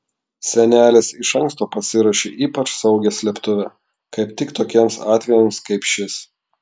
senelis iš anksto pasiruošė ypač saugią slėptuvę kaip tik tokiems atvejams kaip šis